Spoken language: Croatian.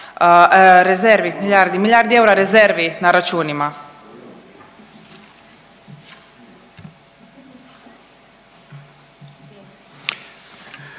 milijardi eura rezervi na računima.